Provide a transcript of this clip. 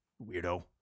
weirdo